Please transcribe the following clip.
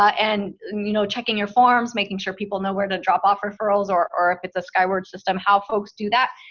and you know checking your forms, making sure people know where to drop off referrals, or or if it's a skyward system, how folks do that,